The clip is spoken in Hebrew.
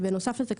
בנוסף לזה,